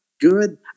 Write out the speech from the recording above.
good